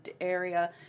area